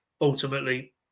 ultimately